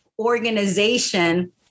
organization